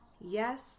Yes